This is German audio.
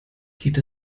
geht